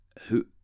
Who